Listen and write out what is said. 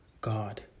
God